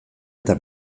eta